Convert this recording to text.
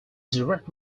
direct